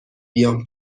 بیام